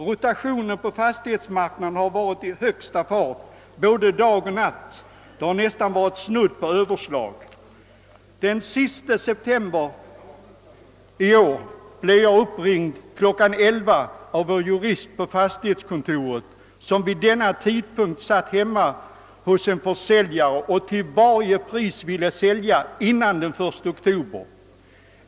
Rotationen på fastighetsmarknaden har skett i högsta fart både dag och natt — det har varit snudd på överslag. Den 30 september i år blev jag klockan 11 på kvällen uppringd av vår jurist på fastighetskontoret som vid denna tidpunkt satt hemma hos en försäljare, vilken till varje pris ville sälja före den 1 oktober.